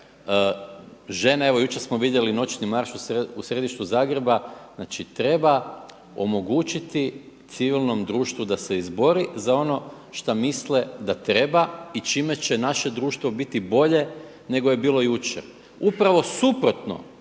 žene. Evo jučer smo vidjeli noćni marš u središtu Zagreba. Znači treba omogućiti civilnom društvu da se izbore za ono šta misle da treba i čime će naše društvo biti bolje nego je bilo jučer. Upravo suprotno